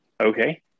okay